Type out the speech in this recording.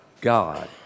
God